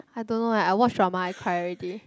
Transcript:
I don't know leh I watch drama I cry already